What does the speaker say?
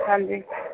ਹਾਂਜੀ